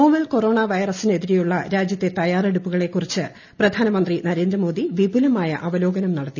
novel corona വൈറസിനെതിരെയുള്ള രാജ്യത്തെ തയ്യാറെടുപ്പുകളെ കുറിച്ച് പ്രധാനമന്ത്രി നരേന്ദ്രമോദി വിപുലമായ അവലോകനം നടത്തി